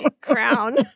crown